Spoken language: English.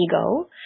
ego